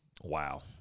Wow